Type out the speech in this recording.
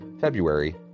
February